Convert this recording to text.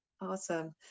Awesome